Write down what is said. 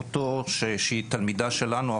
תלמידה שלנו,